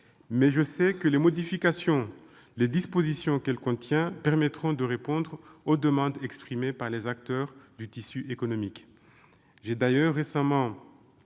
Mais je sais que les dispositions qu'elle contient permettront de répondre aux demandes exprimées par les acteurs du tissu économique.